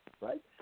right